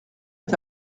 est